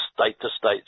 state-to-state